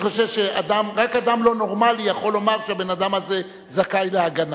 אני חושב שרק אדם לא נורמלי יכול לומר שהבן-אדם הזה זכאי להגנה,